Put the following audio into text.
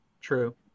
True